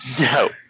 No